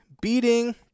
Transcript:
beating